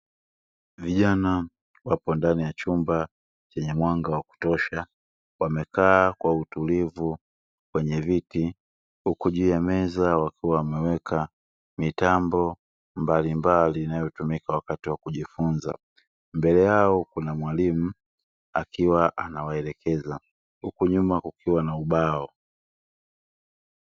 Vijana wapo ndani ya chumba chenye mwanga wa kutosha, wamekaa kwa utulivu kwenye viti huku juu ya meza wakiwa wameweka mitambo mbalimbali inayotumika wakati wa kujifunza. Mbele yao kuna mwalimu akiwa anawaelekeza, huku nyuma kukiwa kuna ubao.